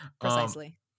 Precisely